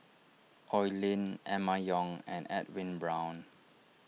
Oi Lin Emma Yong and Edwin Brown